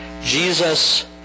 Jesus